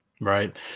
right